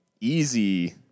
easy